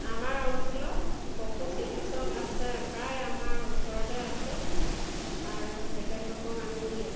আমাৰ অঞ্চলত পশু চিকিৎসক আছে প্ৰায় আমাৰ ওচৰতে আছে আৰু তেখেতলোকক আমি